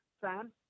sam